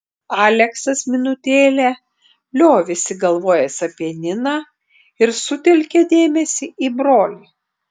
aleksas minutėlę liovėsi galvojęs apie niną ir sutelkė dėmesį į brolį